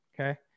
Okay